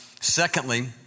Secondly